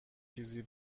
چیزی